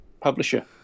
publisher